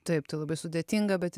taip tai labai sudėtinga bet